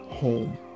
Home